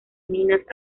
minas